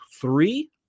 three